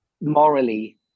morally